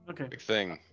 Okay